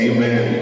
Amen